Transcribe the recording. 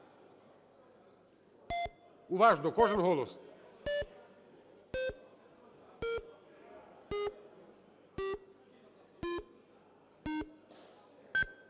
уважно кожен голос.